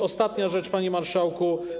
Ostatnia rzecz, panie marszałku.